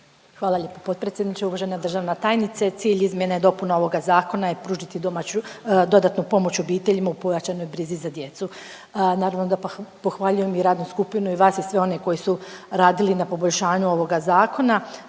Hvala lijepo potpredsjedniče. Uvažena državna tajnice, cilj izmjene dopuna ovoga zakona je pružiti domaću, dodatnu pomoć obiteljima u pojačanoj brzini za djecu. Naravno da pohvaljujem i radnu skupinu i vas i sve one koji su radili na poboljšanju ovoga zakona.